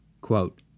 Quote